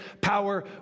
power